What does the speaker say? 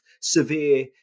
severe